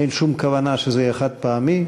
אין שום כוונה שזה יהיה חד-פעמי,